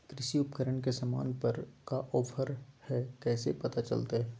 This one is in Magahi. कृषि उपकरण के सामान पर का ऑफर हाय कैसे पता चलता हय?